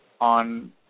on